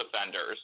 offenders